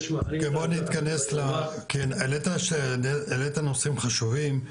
העלית נושאים חשובים,